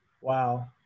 Wow